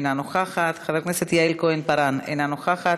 אינה נוכחת,